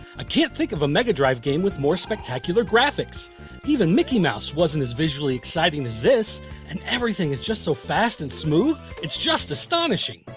i can't think of a mega drive game with more spectacular graphics even mickey mouse wasn't as visually exciting as this and everything is just so fast and smooth it's just astonishing